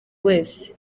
wese